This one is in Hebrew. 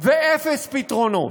ואפס פתרונות.